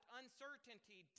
uncertainty